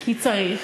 כי צריך,